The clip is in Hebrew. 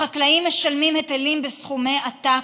החקלאים משלמים היטלים בסכומי עתק,